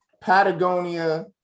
Patagonia